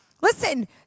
Listen